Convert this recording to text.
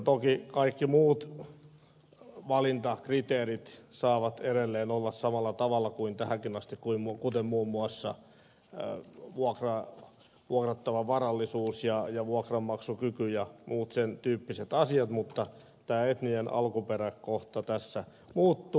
toki kaikki muut valintakriteerit saavat edelleen olla samalla tavalla kuin tähänkin asti kuten muun muassa vuokrattavan varallisuus ja vuokranmaksukyky ja muut sen tyyppiset asiat mutta tämä etninen alkuperä kohta tässä muuttuu